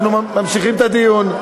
אנחנו ממשיכים את הדיון.